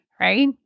Right